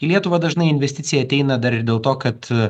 į lietuvą dažnai investicijai ateina dar ir dėl to kad